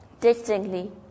distinctly